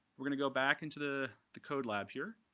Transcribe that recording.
we're going to go back into the the code lab here.